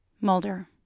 Mulder